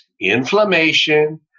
inflammation